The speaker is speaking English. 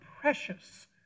precious